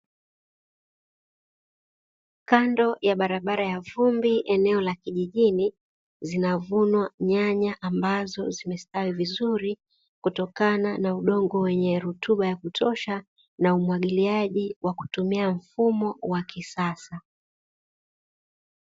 Kando ya barabara ya vumbi eneo la kijijini, zinavunwa nyanya ambazo zimestawi vizuri kutokana na udongo wenye rutuba ya kutosha na umwagiliaji wa kutumia mfumo wa kisasa.